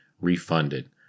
refunded